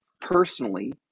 personally